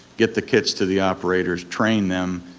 get the kits to the operators, train them,